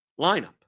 lineup